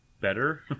Better